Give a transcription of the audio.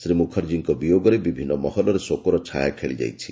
ଶ୍ରୀ ମୁଖାର୍ଜୀଙ୍କ ବିୟୋଗରେ ବିଭିନ୍ନ ମହଲରେ ଶୋକର ଛାୟା ଖେଳିଯାଇଛି